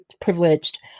privileged